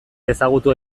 ezagutu